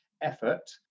effort